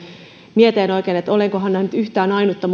mietin oikein että olenko nähnyt yhtään ainutta